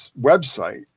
website